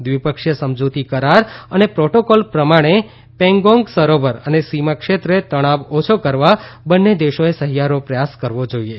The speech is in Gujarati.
દ્વીપક્ષીય સમજૂતી કરાર અને પ્રોટોકોલ પ્રમાણે પેંગોગ સરોવર અને સીમા ક્ષેત્રે તણાવ ઓછે કરવા બન્ને દેશોએ સહિયારો પ્રયાસ કરવો જોઇએ